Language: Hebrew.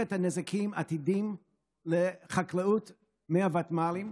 את הנזקים העתידיים לחקלאות מהוותמ"לים,